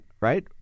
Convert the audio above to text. right